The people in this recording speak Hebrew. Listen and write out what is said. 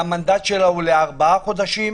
והמנדט שלה הוא לארבעה חודשים,